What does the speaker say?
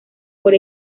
por